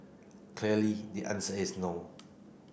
clearly the answer is no